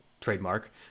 trademark